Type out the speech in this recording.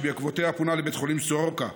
ובעקבותיה פונה לבית חולים סורוקה.